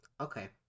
Okay